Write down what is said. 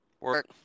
Work